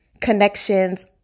Connections